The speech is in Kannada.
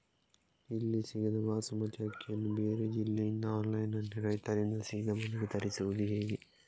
ಇಲ್ಲಿ ಸಿಗದ ಬಾಸುಮತಿ ಅಕ್ಕಿಯನ್ನು ಬೇರೆ ಜಿಲ್ಲೆ ಇಂದ ಆನ್ಲೈನ್ನಲ್ಲಿ ರೈತರಿಂದ ಸೀದಾ ಮನೆಗೆ ತರಿಸುವುದು ಹೇಗೆ?